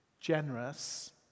generous